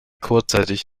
kurzzeitig